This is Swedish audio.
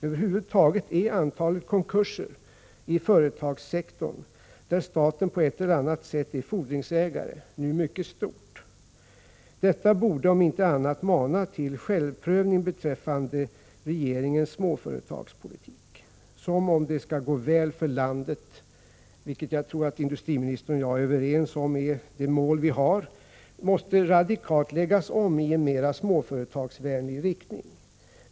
Över huvud taget är antalet konkurser i företagssektorn där staten på ett eller annat sätt är fordringsägare mycket stort. Detta borde om inte annat mana till självprövning beträffande regeringens småföretagspolitik, som om det skall gå väl för landet — vilket är det mål som jag tror att industriministern är överens med mig om — måste radikalt läggas om i en mera småföretagsvänlig riktning.